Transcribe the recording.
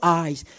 eyes